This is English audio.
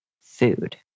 food